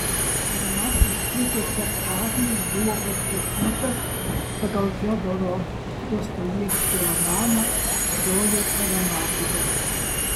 pirmasis trupės spektaklis buvo pastatytas pagal fiodoro dostojevskio romaną broliai karamazovai